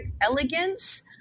elegance